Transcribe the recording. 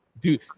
Dude